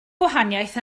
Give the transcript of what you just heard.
gwahaniaeth